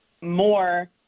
more